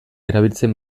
erabiltzen